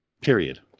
period